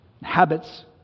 Habits